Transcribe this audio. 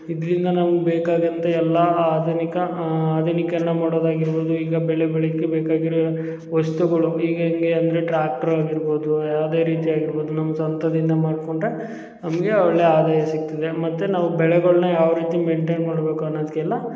ಇದರಿಂದ ನಾವು ಬೇಕಾದಂಥ ಎಲ್ಲ ಆಧುನಿಕ ಆಧುನೀಕರಣ ಮಾಡೋದಾಗಿರ್ಬೋದು ಈಗ ಬೆಳೆ ಬೆಳಿಕ್ಕೆ ಬೇಕಾಗಿರುವ ವಸ್ತುಗಳು ಈಗ ಹೆಂಗೆ ಅಂದರೆ ಟ್ಯ್ರಾಕ್ರು ಆಗಿರ್ಬೋದು ಯಾವುದೇ ರೀತಿ ಆಗಿರ್ಬೋದು ನಮ್ಮ ಸ್ವಂತದಿಂದ ಮಾಡಿಕೊಂಡ ನಮಗೆ ಒಳ್ಳೆಯ ಆದಾಯ ಸಿಗ್ತದೆ ಮತ್ತು ನಾವು ಬೆಳೆಗಳ್ನ ಯಾವ ರೀತಿ ಮೈಂಟೇನ್ ಮಾಡಬೇಕು ಅನ್ನೊದಕ್ಕೆಲ್ಲ